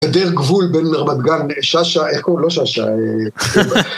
בהיעדר גבול בין רמת גן, שאשא, איך קוראים ל... לא שאשא.